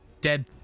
dead